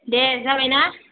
दे जाबायना